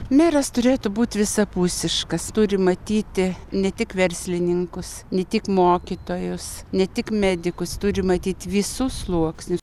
meras turėtų būti visapusiškas turi matyt ne tik verslininkus ne tik mokytojus ne tik medikus turi matyt visus sluoksnius